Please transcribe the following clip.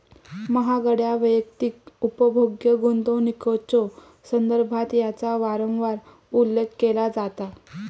महागड्या वैयक्तिक उपभोग्य गुंतवणुकीच्यो संदर्भात याचा वारंवार उल्लेख केला जाता